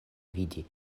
vidi